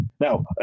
Now